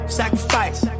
sacrifice